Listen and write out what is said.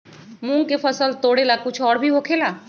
मूंग के फसल तोरेला कुछ और भी होखेला?